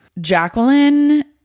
Jacqueline